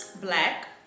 black